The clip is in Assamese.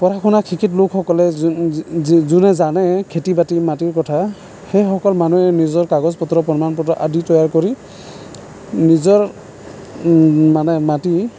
পঢ়া শুনা শিক্ষিত লোকসকলে যোনে জানে খেতি বাতি মাটিৰ কথা সেইসকল মানুহে নিজৰ কাগজ পত্ৰৰ প্ৰমাণ পত্ৰ আদি তৈয়াৰ কৰি নিজৰ মানে মাটি